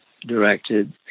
directed